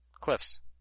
cliffs